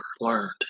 learned